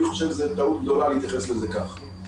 אני חושב שזאת טעות גדולה להתייחס לזה כך.